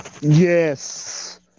Yes